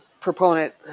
proponent